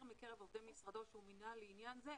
מקרב עובדי משרדי שהוא מינה לעניין הזה,